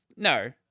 No